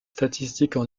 statistiques